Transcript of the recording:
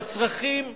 בצרכים החיוניים,